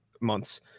months